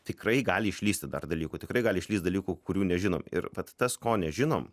tikrai gali išlįsti dar dalykų tikrai gali išlįst dalykų kurių nežinom ir vat tas ko nežinom